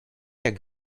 jak